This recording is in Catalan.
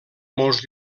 molts